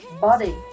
body